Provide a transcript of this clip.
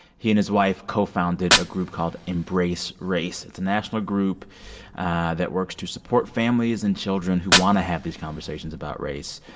he and his wife co-founded a group called embracerace. it's a national group that works to support families and children who want to have these conversations about race.